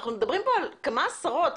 אנחנו מדברים פה על כמה עשרות,